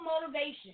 motivation